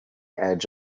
edge